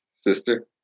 sister